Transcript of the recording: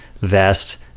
vest